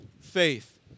Faith